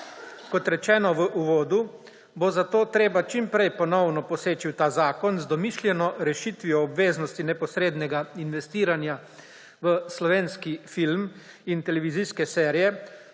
Kot rečeno v uvodu, bo zato treba čim prej ponovno poseči v ta zakon z domišljeno rešitvijo obveznosti neposrednega investiranja v slovenski film in televizijske serije